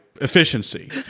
efficiency